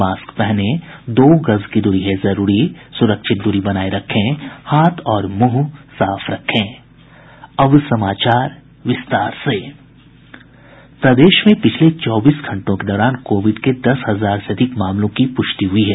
mask पहनें दो गज दूरी है जरूरी सुरक्षित दूरी बनाये रखें हाथ और मुंह साफ रखें प्रदेश में पिछले चौबीस घंटों के दौरान कोविड के दस हजार से अधिक मामलों की पुष्टि हुई है